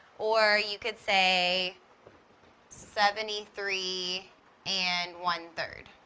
or you could say seventy-three and one third.